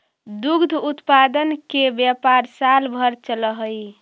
दुग्ध उत्पादन के व्यापार साल भर चलऽ हई